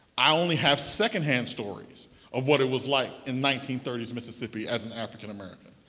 i only have secondhand stories of what it was like in nineteen thirty s mississippi as an african american.